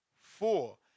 four